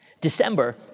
December